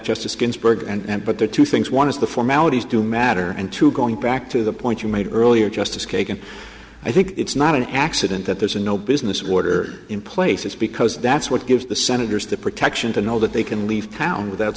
justice ginsburg and but there are two things one is the formalities do matter and to going back to the point you made earlier justice kagan i think it's not an accident that there's no business order in place it's because that's what gives the senators the protection to know that they can leave town without